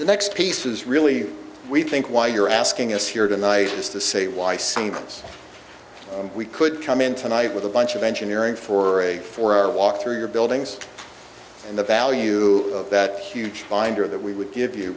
the next piece is really we think why you're asking us here tonight is to say why sometimes we could come in tonight with a bunch of engineering for a four hour walk through your buildings and the value of that huge binder that we would give you